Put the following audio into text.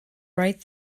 right